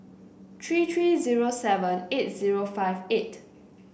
three three zero seven eight zero five eight